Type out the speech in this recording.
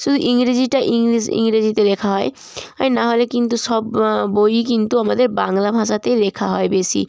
শুধু ইংরেজিটা ইংলিশ ইংরেজিতে লেখা হয় আর না হলে কিন্তু সব বইই কিন্তু আমাদের বাংলা ভাষাতেই লেখা হয় বেশি